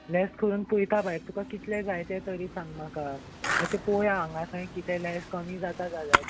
less करून पळयता भायर तुका कितले जाय ते तरी सांग म्हाका मातशें पोवया हांगा खंय कितें लेस कमी जाता जाल्यार